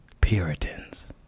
Puritans